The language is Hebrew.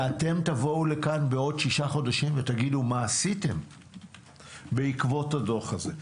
ואתם תבואו לכאן בעוד שישה חודשים ותגידו מה עשיתם בעקבות הדוח הזה.